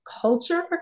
culture